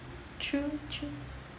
true true true